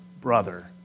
brother